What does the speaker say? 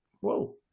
Whoa